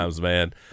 man